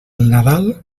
nadal